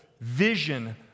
vision